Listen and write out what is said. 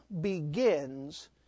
begins